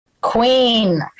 queen